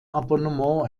abonnement